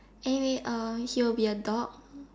anyway uh he will be a dog